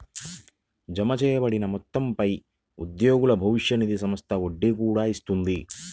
జమచేయబడిన మొత్తంపై ఉద్యోగుల భవిష్య నిధి సంస్థ వడ్డీ కూడా ఇస్తుంది